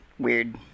weird